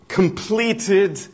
completed